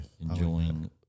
enjoying